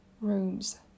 rooms